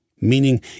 meaning